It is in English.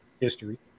history